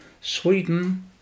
Sweden